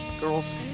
Girls